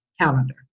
calendar